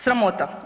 Sramota!